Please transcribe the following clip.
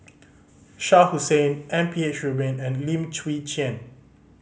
Shah Hussain M P H Rubin and Lim Chwee Chian